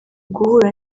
guhura